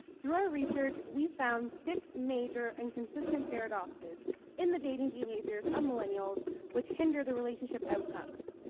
through our research we found six major and consistent paradoxes in the dating behaviours of millennials which hinder the relationship outcomes.